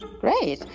great